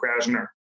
Krasner